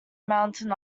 mountain